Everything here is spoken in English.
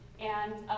and